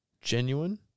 genuine